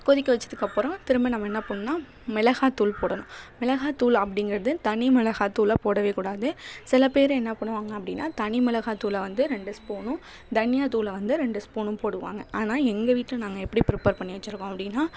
கொதிக்க வச்சதுக்கப்புறம் திரும்ப நம்ப என்ன பண்ணுன்னா மிளகாத்தூள் போடணும் மிளகாத்தூள் அப்படிங்கிறது தனிமிளகாத்தூளை போடவேக்கூடாது சில பேர் என்ன பண்ணுவாங்க அப்படின்னா தனிமிளகாத்தூளை வந்து ரெண்டு ஸ்பூனும் தனியாத்தூளை வந்து ரெண்டு ஸ்பூனும் போடுவாங்க ஆனால் எங்கள் வீட்டில் நாங்கள் எப்படி ப்ரிப்பர் பண்ணி வச்சுருக்கோம் அப்படின்னா